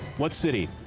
what city,